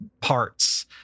parts